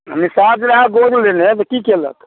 निषाद रहय गोद लेने तऽ की कयलक